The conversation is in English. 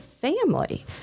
family